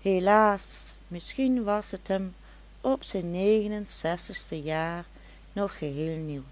helaas misschien was t hem op zijn negenenzestigste jaar nog geheel nieuw